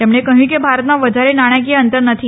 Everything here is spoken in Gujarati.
તેમણે કહયું કે ભારતમાં વધારે નાણાંકીય અંતર નથી